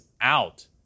out